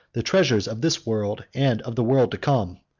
the treasures of this world and of the world to come.